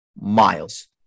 miles